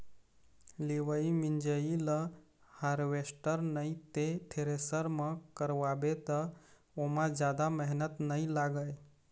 लिवई मिंजई ल हारवेस्टर नइ ते थेरेसर म करवाबे त ओमा जादा मेहनत नइ लागय